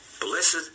blessed